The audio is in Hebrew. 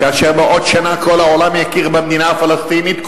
כאשר בעוד שנה כל העולם יכיר במדינה הפלסטינית,